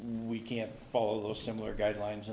we can't follow similar guidelines